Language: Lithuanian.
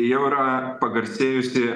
jau yra pagarsėjusi